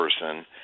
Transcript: person